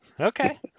Okay